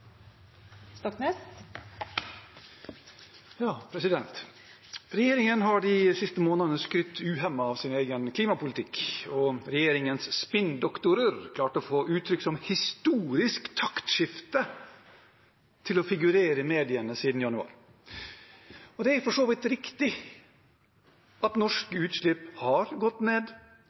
sin egen klimapolitikk, og regjeringens spinndoktorer har klart å få uttrykk som «historisk taktskifte» til å figurere i mediene siden januar. Det er for så vidt riktig at norske utslipp har gått ned,